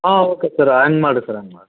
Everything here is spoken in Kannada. ಹಾಂ ಓಕೆ ಸರ್ ಹಂಗ್ ಮಾಡಿರಿ ಸರ ಹಂಗ್ ಮಾಡಿರಿ